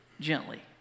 gently